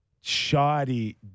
shoddy